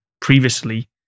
previously